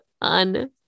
on